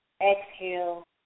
Exhale